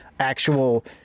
Actual